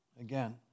again